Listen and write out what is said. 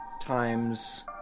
times